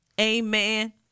Amen